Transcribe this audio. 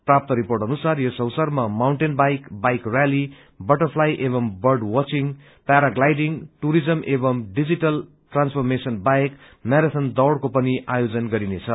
प्राप्त रिर्पोट अनुसार यस अवसरमा mountain bike bike rally butterfly एवम् बंड वसचिंग पैराग्लाइडिंग टुरिजम एवम् डिजीटल ट्रान्सफर्मेशन बाहेक मैराथन दौड़को पनि आयोजन गरिनेछ